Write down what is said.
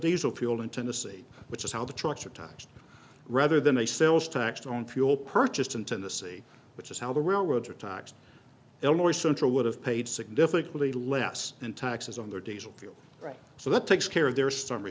diesel fuel in tennessee which is how the trucks are times rather than a sales tax on fuel purchased in tennessee which is how the railroads are times illinois central would have paid significantly less in taxes on their diesel fuel right so that takes care of their summ